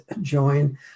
join